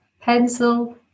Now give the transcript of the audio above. pencil